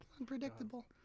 unpredictable